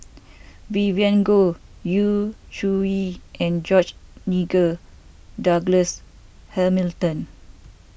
Vivien Goh Yu Zhuye and George Nigel Douglas Hamilton